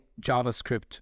JavaScript